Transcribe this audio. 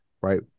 right